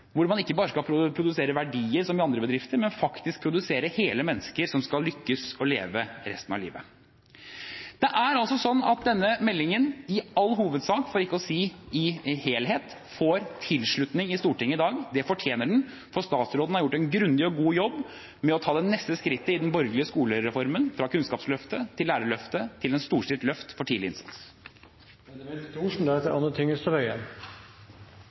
hvor man ikke bare skal produsere verdier, som i andre bedrifter, men faktisk produsere hele mennesker som skal lykkes og leve resten av livet. Det er altså sånn at denne meldingen i all hovedsak, for ikke å si i sin helhet, får tilslutning i Stortinget i dag. Det fortjener den, for statsråden har gjort en grundig og god jobb med å ta det neste skrittet i den borgerlige skolereformen: fra Kunnskapsløftet, til Lærerløftet, til et storstilt løft for tidlig innsats.